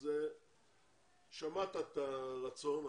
אז שמעת את הרצון,